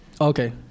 Okay